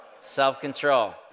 self-control